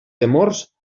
temors